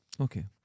okay